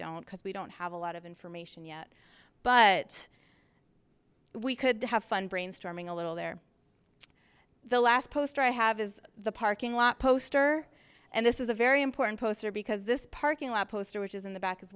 don't because we don't have a lot of information yet but we could have fun brainstorming a little there the last post i have is the parking lot poster and this is a very important poster because this parking lot poster which is in the back as